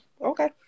Okay